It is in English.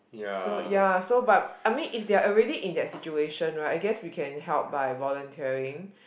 so ya so but I mean if they are already in that situation right I guess we can help by volunteering